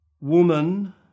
Woman